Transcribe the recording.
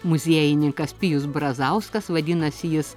muziejininkas pijus brazauskas vadinasi jis